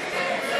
עימות),